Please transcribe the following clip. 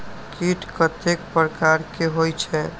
कीट कतेक प्रकार के होई छै?